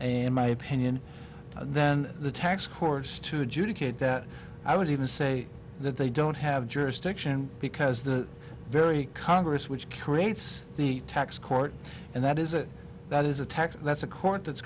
in my opinion then the tax course to adjudicate that i would even say that they don't have jurisdiction because the very congress which creates the tax court and that is a that is a tax that's a court that's